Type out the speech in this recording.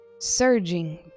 surging